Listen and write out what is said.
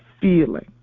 feeling